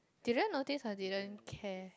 didn't notice or didn't care